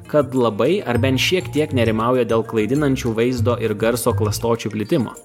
kad labai ar bent šiek tiek nerimauja dėl klaidinančių vaizdo ir garso klastočių plitimo